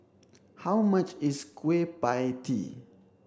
how much is kueh pie tee